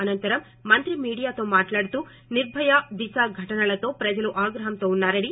అనంతరం మంత్రి మీడియాతో మాట్లాడుతూ నిర్పయ దిశ ఘటనలతో ప్రజలు ఆగ్రహంతో ఉన్నారని